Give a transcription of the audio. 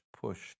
pushed